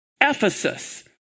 Ephesus